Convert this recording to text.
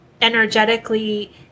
energetically